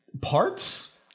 parts